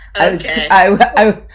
Okay